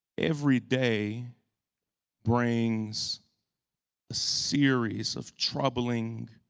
every day brings a series of troubling